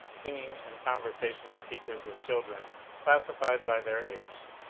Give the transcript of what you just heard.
singing, and conversation of teachers with children classified by their age.